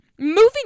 moving